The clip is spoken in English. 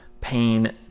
pain